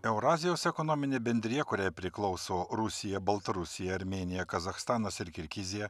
eurazijos ekonominė bendrija kuriai priklauso rusija baltarusija armėnija kazachstanas ir kirgizija